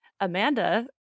Amanda